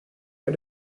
for